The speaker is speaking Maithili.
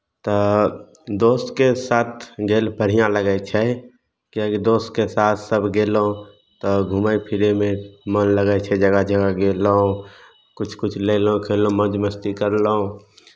तऽ दोस्तके साथ गेल बढ़िआँ लगै छै किएकि दोस्तके साथ सभ गयलहुँ तऽ घूमय फिरयमे मन लगै छै जगह जगह गयलहुँ किछु किछु लेलहुँ खेलहुँ मौज मस्ती कयलहुँ